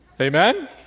Amen